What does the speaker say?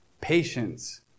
Patience